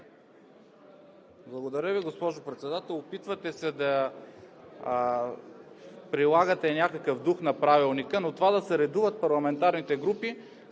Благодаря Ви, госпожо Председател. Опитвате се да прилагате някакъв дух на Правилника, но това да се редуват парламентарните групи